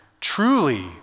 Truly